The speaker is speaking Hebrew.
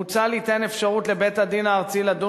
מוצע ליתן אפשרות לבית-הדין הארצי לדון